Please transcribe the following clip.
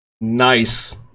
Nice